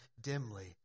dimly